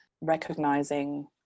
recognizing